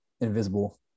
invisible